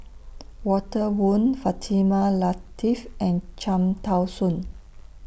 Walter Woon Fatimah Lateef and Cham Tao Soon